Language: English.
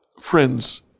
Friends